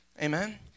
Amen